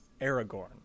Aragorn